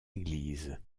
église